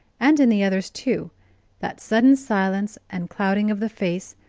and in the others too that sudden silence and clouding of the face,